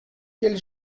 quelle